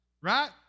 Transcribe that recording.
Right